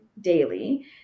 daily